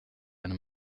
eine